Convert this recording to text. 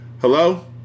Hello